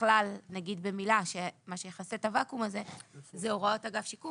מה שיכסה את הוואקום הזה זה הוראות אגף שיקום